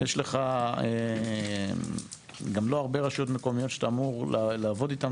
יש לך גם לא הרבה רשויות מקומיות שאתה אמור לעבוד איתן.